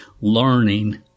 learning